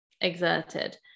exerted